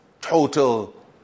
total